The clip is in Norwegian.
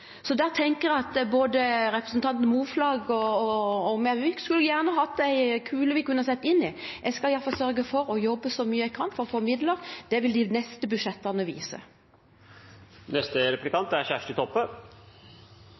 Både representanten Moflag og jeg skulle nok gjerne hatt en krystallkule som vi kunne sett inn i. Jeg skal i alle fall sørge for å jobbe så mye jeg kan for å få midler. Det vil de neste budsjettene